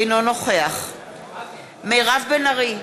אינו נוכח מירב בן ארי,